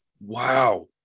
Wow